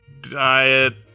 diet